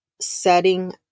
setting